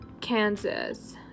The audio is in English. Kansas